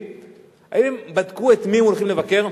להגיע לפתרון